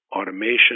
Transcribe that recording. automation